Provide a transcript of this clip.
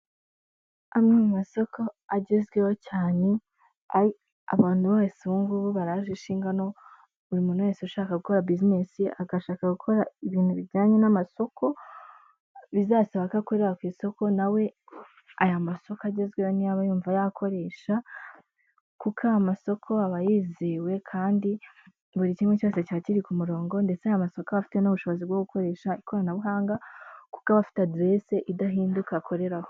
Amwe mu masoko agezweho cyane, abantu bose ubu ngubu barajwe ishinga no buri muntu wese ushaka gukora buzinesi, agashaka gukora ibintu bijyanye n'amasoko, bizasaba ko akorera ku isoko, na we aya masoko agezweho niyo aba aba yumva yakoresha, kuko aya amasoko aba yizewe kandi buri kimwe cyose, kiba kiba kiri ku murongo ndetse aya masoko aba afite n'ubushobozi bwo gukoresha ikoranabuhanga, kuko aba afite adrese idahinduka akoreraho.